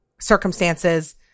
circumstances